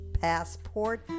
passport